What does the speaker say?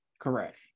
correct